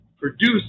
Produce